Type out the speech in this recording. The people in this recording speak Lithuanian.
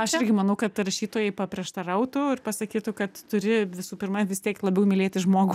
aš irgi manau kad rašytojai paprieštarautų ir pasakytų kad turi visų pirma vis tiek labiau mylėti žmogų